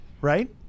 right